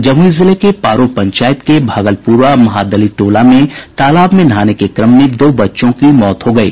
जमुई जिले के पारो पंचायत के भागलपुरा महादलित टोला में तालाब में नहाने के क्रम में दो बच्चों की मौत हो गयी